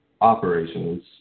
Operations